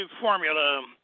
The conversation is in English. formula